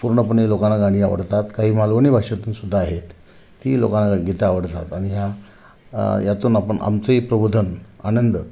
पूर्णपणे लोकांना गाणी आवडतात काही मालवणी भाषेतून सुद्धा आहेत ती लोकांना गीतं आवडतात आणि ह्या यातून आपण आमचंही प्रबोधन आनंद